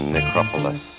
Necropolis